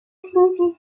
signifient